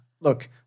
look